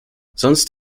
sonst